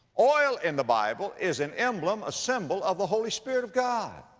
oil in the bible is an emblem, a symbol, of the holy spirit of god.